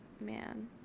Man